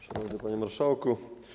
Szanowny Panie Marszałku!